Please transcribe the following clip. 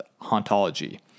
Hauntology